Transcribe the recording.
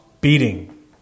beating